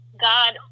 God